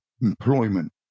employment